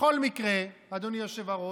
בכל מקרה, אדוני היושב-ראש,